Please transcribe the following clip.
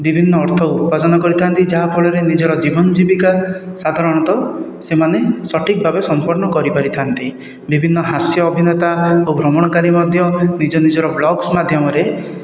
ବିଭିନ୍ନ ଅର୍ଥ ଉପାର୍ଜନ କରିଥାନ୍ତି ଯାହା ଫଳରେ ନିଜର ଜୀବନ ଜୀବିକା ସାଧାରଣତଃ ସେମାନେ ସଠିକ ଭାବରେ ସମ୍ପନ୍ନ କରିପାରିଥାନ୍ତି ବିଭିନ୍ନ ହାସ୍ୟ ଅଭିନେତା ଓ ଭ୍ରମଣକାରୀ ମଧ୍ୟ ନିଜ ନିଜ ବ୍ଲୋଗସ ମାଧ୍ୟମରେ